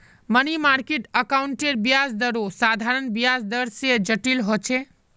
money market अकाउंटेर ब्याज दरो साधारण ब्याज दर से जटिल होचे